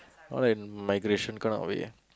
not like migration kind of way